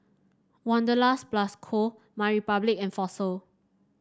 Wanderlust Plus Co MyRepublic and Fossil